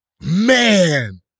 Man